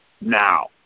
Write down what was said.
now